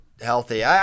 healthy